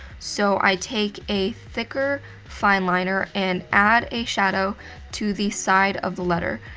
so, i take a thicker fineliner, and add a shadow to the side of the letter.